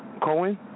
Cohen